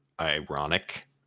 ironic